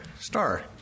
star